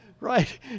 Right